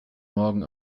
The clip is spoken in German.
morgen